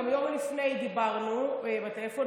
גם יום לפני דיברנו בטלפון,